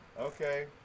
okay